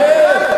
כן,